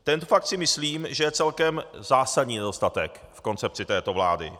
Tento fakt si myslím, že je celkem zásadní nedostatek v koncepci této vlády.